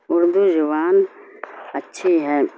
اردو زبان اچھی ہے